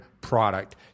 product